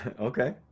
Okay